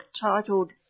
titled